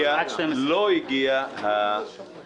של הכנסת איל ינון: אלא אם כן הוא יודיע לו שהוא הצליח להרכיב